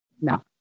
No